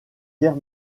guerre